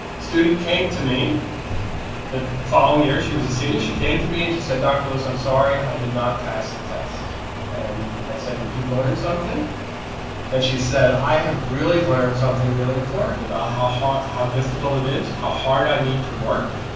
student came to me the following year. she was a senior she came to me and she said dr. lewis. i'm sorry i did not pass the test and i said did you learn something and she said i have really learned something really important about how how difficult it is how hard i need to work?